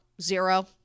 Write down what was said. Zero